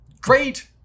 great